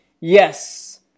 Yes